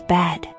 bed